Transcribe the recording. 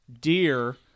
deer